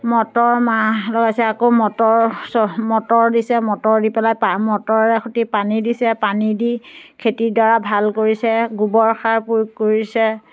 motor মাহ লগাইছে আকৌ মটৰ চহ মটৰ দিছে মটৰ দি পেলাই পা মটৰে সতি পানী দিছে পানী দি খেতিডৰা ভাল কৰিছে গোবৰ সাৰ প্ৰয়োগ কৰিছে